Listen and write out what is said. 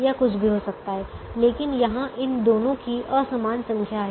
यह कुछ भी हो सकता है लेकिन यहां इन दोनों की असमान संख्या है